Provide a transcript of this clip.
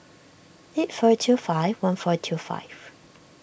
eight four two five one four two five